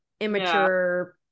immature